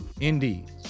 indeed